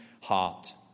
heart